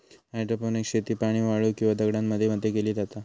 hydroponics शेती पाणी, वाळू किंवा दगडांमध्ये मध्ये केली जाता